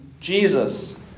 Jesus